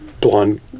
blonde